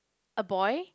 a boy